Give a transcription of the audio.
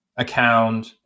account